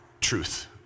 truth